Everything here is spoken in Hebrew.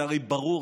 זה הרי ברור.